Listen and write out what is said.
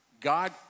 God